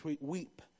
weep